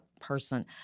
person